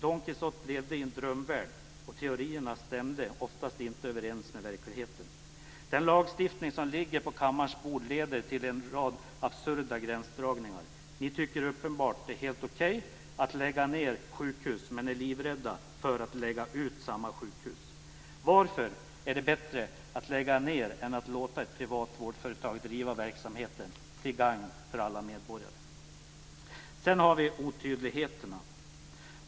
Don Quijote levde i en drömvärld, och teorierna stämde oftast inte överens med verkligheten. Den lagstiftning som ligger på kammarens bord leder till en rad absurda gränsdragningar. Ni tycker uppenbarligen att det är helt okej att lägga ned sjukhus, men är livrädda för att lägga ut samma sjukhus. Varför är det bättre att lägga ned än att låta ett privat vårdföretag driva verksamheten till gagn för alla medborgare? Sedan har vi otydligheterna.